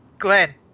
Glenn